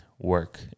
work